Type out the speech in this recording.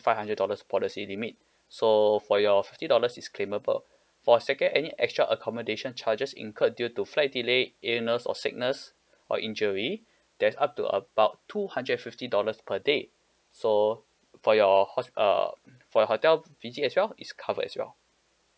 five hundred dollars policy limit so for your fifty dollars is claimable for second any extra accommodation charges incurred due to flight delay illness or sickness or injury there's up to about two hundred and fifty dollars per day so for your hos~ um for your hotel visit as well is covered as well